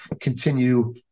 continue